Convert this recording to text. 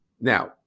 Now